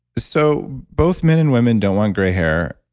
so, both men and women don't want gray hair,